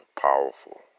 Powerful